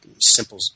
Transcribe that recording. simple